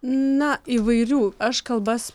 na įvairių aš kalbas